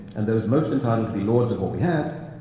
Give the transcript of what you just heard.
and those most entitled to be lords of what we had,